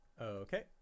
okay